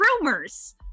rumors